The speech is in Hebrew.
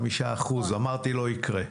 אמרתי: לא יקרה.